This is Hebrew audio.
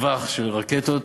טווח של רקטות.